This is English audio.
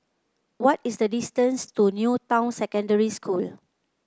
what is the distance to New Town Secondary School